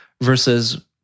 versus